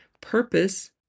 purpose